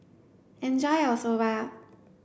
enjoy your Soba